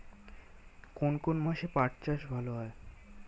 কোন কোন মাসে পাট চাষ ভালো হয়?